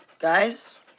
Guys